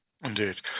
Indeed